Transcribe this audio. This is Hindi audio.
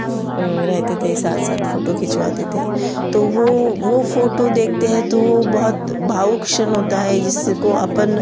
रहते थे साथ साथ फोटो खिंचवाते थे तो वह वह फोटो देखते हैं तो बहुत भाव एक क्षण होता है जिससे को अपन